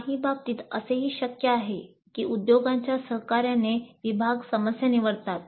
काही बाबतीत असेही शक्य आहे की उद्योगाच्या सहकार्याने विभाग समस्या निवडतात